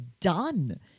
done